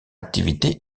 activité